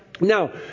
Now